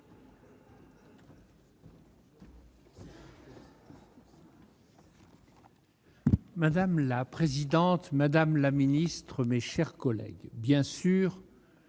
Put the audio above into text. Madame la présidente, madame la ministre, mes chers collègues, bien sûr,